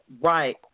Right